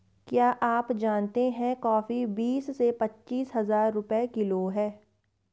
क्या आप जानते है कॉफ़ी बीस से पच्चीस हज़ार रुपए किलो है?